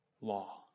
law